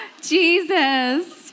Jesus